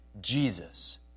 Jesus